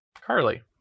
carly